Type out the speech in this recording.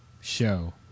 show